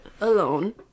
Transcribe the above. alone